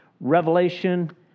revelation